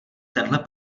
tenhle